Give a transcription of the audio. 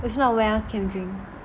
if not where else can we drink